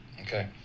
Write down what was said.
okay